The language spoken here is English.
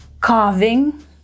Carving